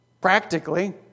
Practically